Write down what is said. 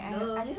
err